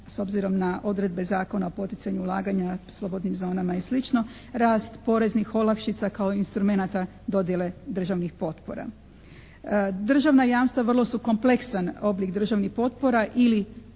s obzirom na odredbe Zakona o poticanju ulaganja u slobodnim zonama i sl., rast poreznih olakšica kao instrumenata dodjele državnih potpora. Državna jamstva vrlo su kompleksan oblik državnih potpora ili